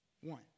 one